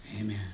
Amen